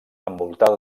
envoltada